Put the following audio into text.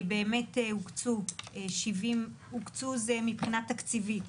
הוקצו מבחינה תקציבית,